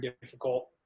difficult